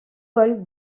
paul